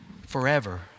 forever